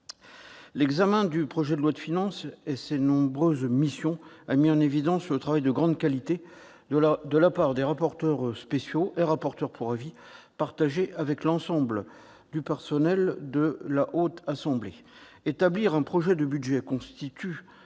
L'examen du projet de loi de finances et de ses nombreuses missions a mis en évidence le travail de grande qualité des rapporteurs spéciaux et des rapporteurs pour avis, ainsi que celui de l'ensemble du personnel de la Haute Assemblée.